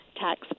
tax